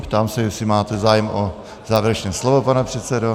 Ptám se, jestli máte zájem o závěrečné slovo, pane předsedo.